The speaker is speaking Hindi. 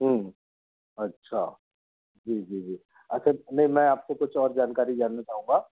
अच्छा जी जी जी अच्छा नहीं मैं आपको कुछ और जानकारी जानना चाहूँगा